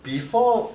before